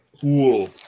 Cool